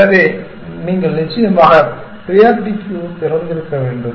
எனவே நீங்கள் நிச்சயமாக ப்ரியாரிட்டி க்யூ திறந்திருக்க வேண்டும்